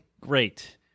Great